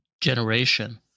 generation